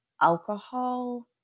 alcohol